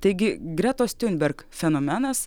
taigi gretos tiunberg fenomenas